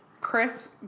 Chris